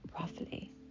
roughly